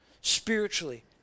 spiritually